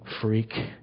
freak